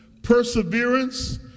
Perseverance